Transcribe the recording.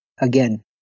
Again